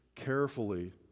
Carefully